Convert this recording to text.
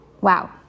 Wow